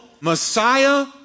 Messiah